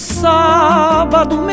sábado